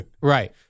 Right